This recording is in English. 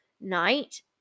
night